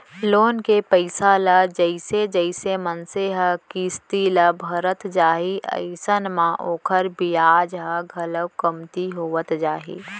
loan के पइसा ल जइसे जइसे मनसे ह किस्ती ल भरत जाही अइसन म ओखर बियाज ह घलोक कमती होवत जाही